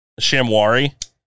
shamwari